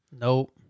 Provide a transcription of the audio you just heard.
Nope